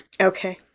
Okay